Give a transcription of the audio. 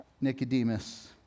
Nicodemus